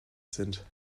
sind